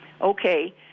okay